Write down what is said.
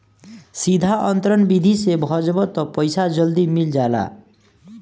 सीधा अंतरण विधि से भजबअ तअ पईसा जल्दी मिल जाला